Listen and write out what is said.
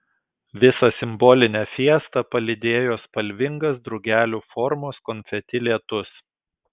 visą simbolinę fiestą palydėjo spalvingas drugelių formos konfeti lietus